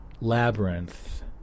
labyrinth